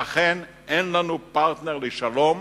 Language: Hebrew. ואכן, אין לנו פרטנר לשלום